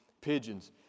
pigeons